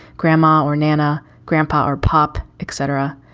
grandma or nana, grandpa or pop, etc.